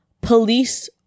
police